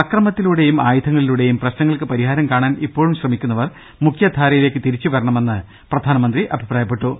അക്രമത്തിലൂടെയും ആയുധങ്ങളിലൂടെയും പ്രശ്നങ്ങൾക്ക് പരിഹാരം കാണാൻ ഇപ്പോഴും ശ്രമിക്കുന്നവർ മുഖ്യധാരയിലേക്ക് തിരിച്ചുവരണമെന്ന് പ്രധാനമന്ത്രി അഭിപ്രായപ്പെട്ടു